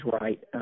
right